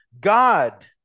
God